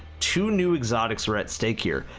two new exotics were at stake here,